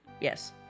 yes